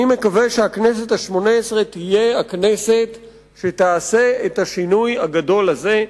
אני מקווה שהכנסת השמונה-עשרה תהיה הכנסת שתעשה את השינוי הגדול הזה,